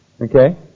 Okay